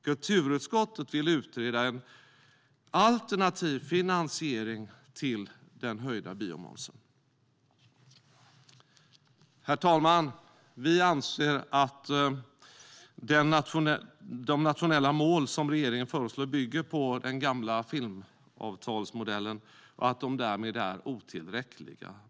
Kulturutskottet vill utreda en alternativ finansiering till den höjda biomomsen. Herr talman! Vi anser att de nationella mål som regeringen föreslår bygger på den gamla filmavtalsmodellen och att de därmed är otillräckliga.